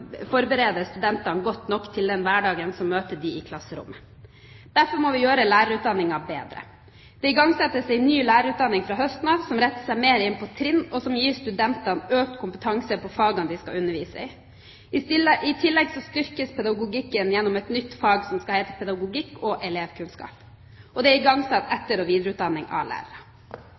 forbereder studentene godt nok til den hverdagen som møter dem i klasserommet. Derfor må vi gjøre lærerutdanningen bedre. Det igangsettes en ny lærerutdanning fra høsten som retter seg mer mot trinn, og som gir studentene økt kompetanse i fagene de skal undervise i. I tillegg styrkes pedagogikken gjennom et nytt fag som skal hete «pedagogikk og elevkunnskap», og det er igangsatt etter- og videreutdanning av